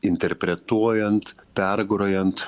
interpretuojant pergrojant